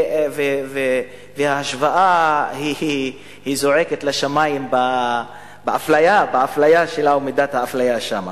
וההשוואה זועקת לשמים באפליה שלה ומידת האפליה שם.